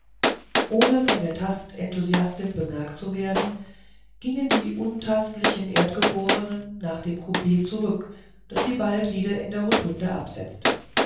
ohne von der tast enthusiastin bemerkt zu werden gingen die untastlichen erdgeborenen nach dem coup zurück das sie bald wieder in der rotunde absetzte